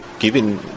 Given